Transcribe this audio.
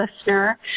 listener